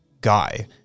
guy